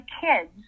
kids